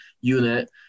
unit